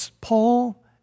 Paul